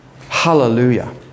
Hallelujah